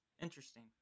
interesting